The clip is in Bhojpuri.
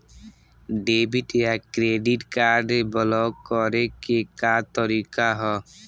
डेबिट या क्रेडिट कार्ड ब्लाक करे के का तरीका ह?